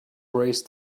braced